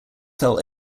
fell